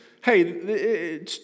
hey